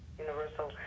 universal